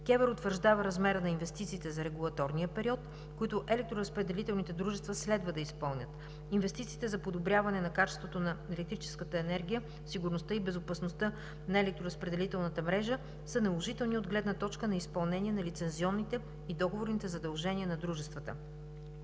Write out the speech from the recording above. КЕВР утвърждава размера на инвестициите за регулаторния период, които електроразпределителните дружества следва да изпълнят. Инвестициите за подобряване на качеството на електрическата енергия, сигурността и безопасността на електроразпределителната мрежа са наложителни от гледна точка на изпълнение на лицензионните и договорните задължения на дружествата.